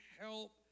help